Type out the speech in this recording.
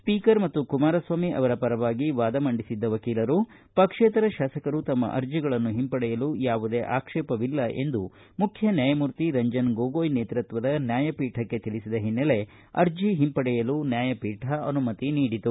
speaker ಮತ್ತು ಕುಮಾರಸ್ವಾಮಿ ಆವರ ಪರವಾಗಿ ವಾದ ಮಂಡಿಸಿದ್ದ ವಕೀಲರು ಪಕ್ಷೇತರ ಶಾಸಕರು ತಮ್ಮ ಆರ್ಜಿಗಳನ್ನು ಹಿಂಪಡೆಯಲು ಯಾವುದೇ ಆಕ್ಷೇಪವಿಲ್ಲ ಎಂದು ಮುಖ್ಯ ನ್ಯಾಯಮೂರ್ತಿ ರಂಜನ್ ಗೊಗೋಯ್ ನೇತೃತ್ವದ ನ್ನಾಯಪೀಠಕ್ಕೆ ತಿಳಿಸಿದ ಹಿನ್ನೆಲೆ ಅರ್ಜಿ ಹಿಂಪಡೆಯಲು ಅನುಮತಿ ನೀಡಿತು